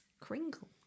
Kringle